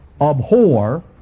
Abhor